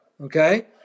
okay